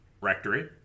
rectory